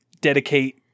dedicate